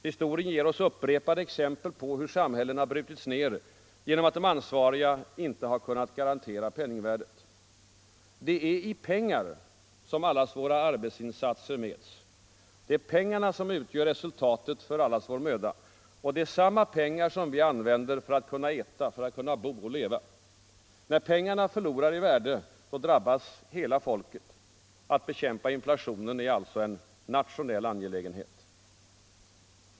Historien ger oss upprepade exempel på hur samhällen har brutits ned genom att de ansvariga inte har kunnat garantera penningvärdet. Det är i pengar som allas våra arbetsinsatser mäts. Det är pengarna som utgör resultatet av allas vår möda. Det är samma pengar som vi använder för att kunna äta, för att kunna bo och leva. När pengarna förlorar i värde, drabbas hela folket. Att bekämpa inflationen är alltså en nationell angelägenhet.